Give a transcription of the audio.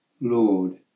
Lord